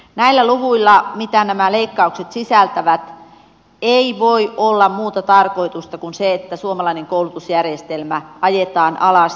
näillä luvuilla mitä nämä leikkaukset sisältävät ei voi olla muuta tarkoitusta kuin se että suomalainen koulutusjärjestelmä ajetaan alas